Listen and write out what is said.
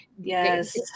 Yes